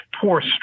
poor